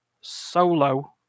solo